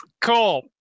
Cool